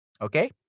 okay